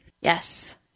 Yes